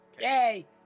Yay